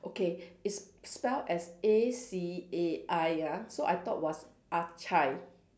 okay it's spell as A C A I ah so I thought was